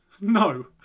No